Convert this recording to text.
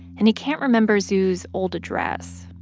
and he can't remember zhu's old address.